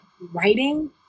writing